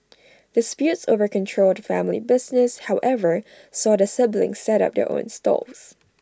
disputes over control of the family business however saw the siblings set up their own stalls